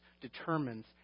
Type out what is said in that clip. determines